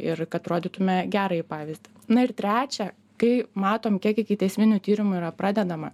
ir kad rodytume gerąjį pavyzdį na ir trečia kai matom kiek ikiteisminių tyrimų yra pradedama